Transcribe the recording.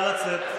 נא לצאת.